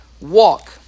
walk